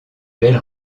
belle